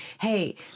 hey